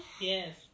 Yes